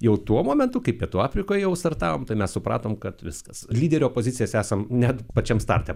jau tuo momentu kai pietų afrikoje jau startavom tai mes supratom kad viskas lyderio pozicijas esam net pačiam starte